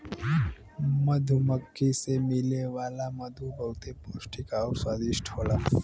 मधुमक्खी से मिले वाला मधु बहुते पौष्टिक आउर स्वादिष्ट होला